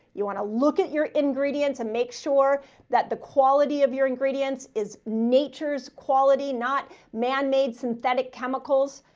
you want to look at your ingredients and make sure that the quality of your ingredients is nature's quality. not man-made synthetic chemicals.